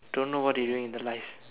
don't know what they doing with the life